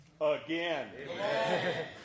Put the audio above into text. again